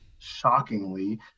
shockingly